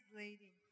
lady